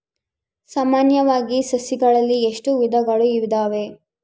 ಸಾಮಾನ್ಯವಾಗಿ ಸಸಿಗಳಲ್ಲಿ ಎಷ್ಟು ವಿಧಗಳು ಇದಾವೆ?